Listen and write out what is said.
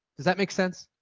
does that make sense?